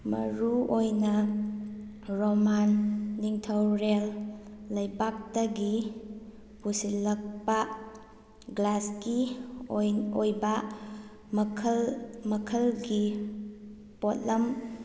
ꯃꯔꯨꯑꯣꯏꯅ ꯔꯣꯃꯥꯟ ꯅꯤꯡꯇꯧꯔꯦꯜ ꯂꯩꯕꯥꯛꯇꯒꯤ ꯄꯨꯁꯤꯜꯂꯛꯄ ꯒ꯭ꯂꯥꯁꯀꯤ ꯑꯣꯏꯕ ꯃꯈꯜ ꯃꯈꯜꯒꯤ ꯄꯣꯠꯂꯝ